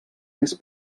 més